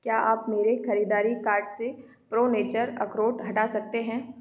क्या आप मेरे खरीददारी कार्ट से प्रो नेचर अखरोट हटा सकते हैं